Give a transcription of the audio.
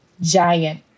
giant